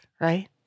right